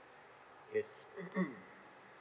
yes